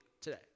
today